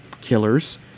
killers